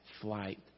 flight